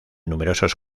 numerosos